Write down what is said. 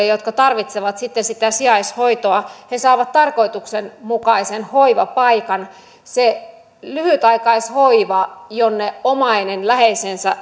jotka tarvitsevat sijaishoitoa saavat tarkoituksenmukaisen hoivapaikan se lyhytaikaishoiva jonne omainen läheisensä